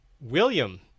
William